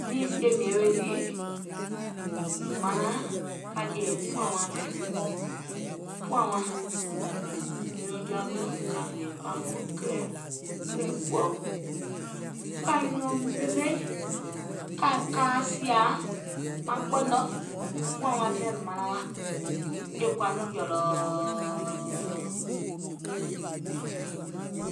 Nìì sieìm yewe dìì, mìŋ manaŋ ka jè pɔ̀ɔ̀ŋwaaŋ mɛ̀, pɔ̀ɔ̀ŋwaaŋ. nyuno ja mɛ̀, ka gbìàŋ kpamò, kìlɛ̀, kìlɛ̀ ɓou, kaiŋ nɔŋ ɓeme, ka ka kaa sìà maŋ ɓɔ̀nɔ, pɔ̀ɔ̀ŋwaaŋ mɛ̀ manaŋ wa. È kɔ̀à nɔŋ jɔ̀lɔ̀ɔɔɔ.